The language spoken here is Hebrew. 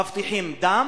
מבטיחים דם,